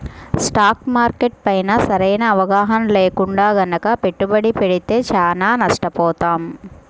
stock market పైన సరైన అవగాహన లేకుండా గనక పెట్టుబడి పెడితే చానా నష్టపోతాం